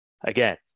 Again